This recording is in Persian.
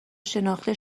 شناخته